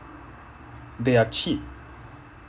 they are cheap